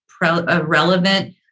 relevant